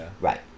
right